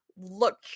look